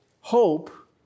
hope